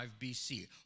BC